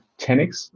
Tenix